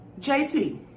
JT